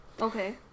Okay